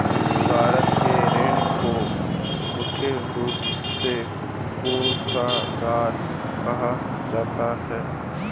सरकार के ऋण को मुख्य रूप से कोषागार कहा जाता है